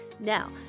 Now